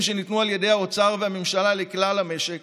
שניתנו על ידי האוצר והממשלה לכלל המשק,